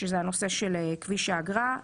שזה הנושא של כביש האגרה,